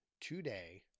today